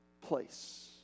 place